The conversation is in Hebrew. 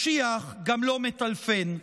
משיח גם לא מטלפן".